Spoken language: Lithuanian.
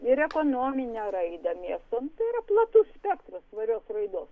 ir ekonominę raidą miesto nu tai yra platus spektras įvairios raidos